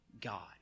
God